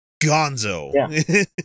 gonzo